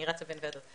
אני רצה בין ועדות.